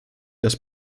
das